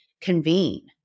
convene